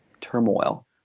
turmoil